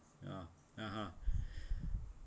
uh (uh huh)